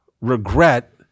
regret